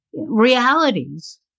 realities